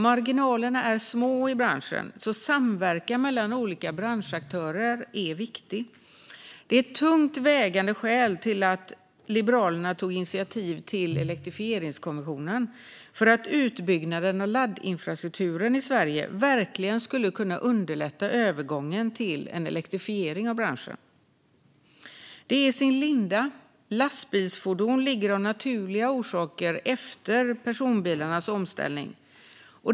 Marginalerna i branschen är små, så samverkan mellan olika branschaktörer är viktig. Det var ett tungt vägande skäl till att Liberalerna tog initiativ till Elektrifieringskommissionen för att utbyggnaden av laddinfrastrukturen i Sverige verkligen skulle kunna underlätta övergången till en elektrifiering av branschen. Detta är i sin linda. Lastbilsfordon ligger av naturliga orsaker efter personbilarnas omställning.